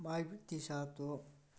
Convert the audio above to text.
ꯃꯥꯏ ꯇꯤꯁꯥꯔꯠꯇꯣ